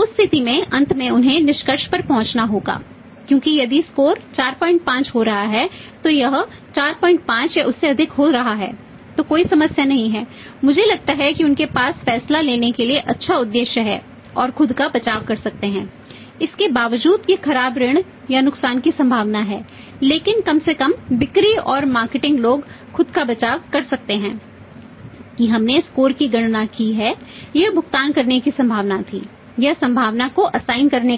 उस स्थिति में अंत में उन्हें निष्कर्ष पर पहुंचना होगा क्योंकि यदि स्कोर करने